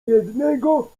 jednego